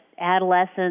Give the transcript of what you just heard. adolescents